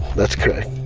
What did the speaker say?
that's correct.